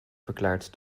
verklaard